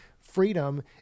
freedom